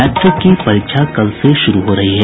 matric की परीक्षा कल से शुरू हो रही है